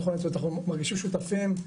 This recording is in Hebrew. אנחנו מרגישים שותפים,